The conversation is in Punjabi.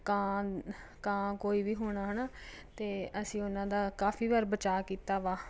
ਕਾਂ ਕਾਂ ਕੋਈ ਵੀ ਹੁਣ ਹੈ ਨਾ ਅਤੇ ਅਸੀਂ ਉਨ੍ਹਾਂ ਦਾ ਕਾਫ਼ੀ ਵਾਰ ਬਚਾ ਕੀਤਾ ਵਾ